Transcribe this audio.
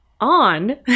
on